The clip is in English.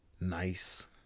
Nice